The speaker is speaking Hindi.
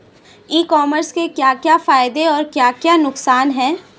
ई कॉमर्स के क्या क्या फायदे और क्या क्या नुकसान है?